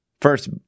first